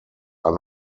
are